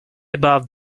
about